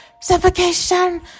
Suffocation